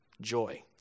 joy